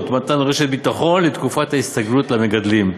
ומתן רשת ביטחון לתקופת הסתגלות למגדלים.